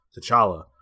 T'Challa